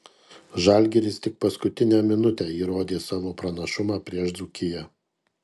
žalgiris tik paskutinę minutę įrodė savo pranašumą prieš dzūkiją